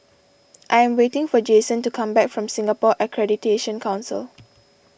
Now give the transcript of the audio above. I am waiting for Jasen to come back from Singapore Accreditation Council